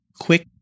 Quick